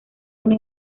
una